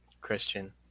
Christian